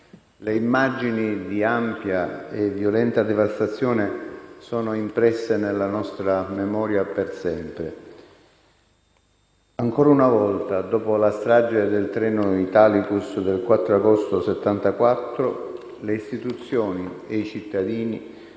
Le immagini di ampia e violenta devastazione sono impresse nella nostra memoria per sempre. Ancora una volta, dopo la strage del treno Italicus del 4 agosto 1974, le istituzioni e i cittadini